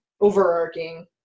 overarching